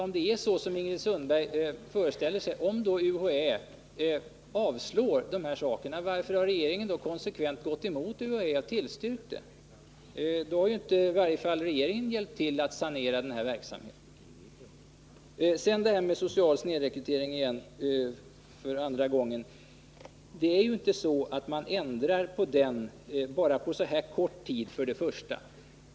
Om det är så som Ingrid Sundberg föreställer sig när det gäller intygen och om UHÄ avstyrker — varför har då regeringen konsekvent gått emot UHÄ och tillstyrkt? Då har i varje fall inte regeringen hjälpt till att sanera den här verksamheten! Sedan för andra gången till den sociala snedrekryteringen! Det är ju inte så att man ändrar på den på så här kort tid.